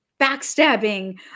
Backstabbing